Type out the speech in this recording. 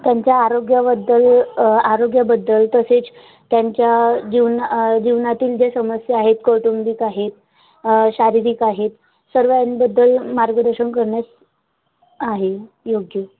त्यांच्या आरोग्याबद्दल आरोग्याबद्दल तसेच त्यांच्या जीवना जीवनातील जे समस्या आहेत कौटुंबिक आहेत शारीरिक आहेत सर्वांबद्दल मार्गदर्शन करण्यास आहे योग्य